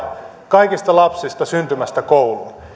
kaikista lapsista syntymästä kouluun